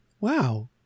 Wow